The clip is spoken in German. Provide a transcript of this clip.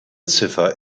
ziffer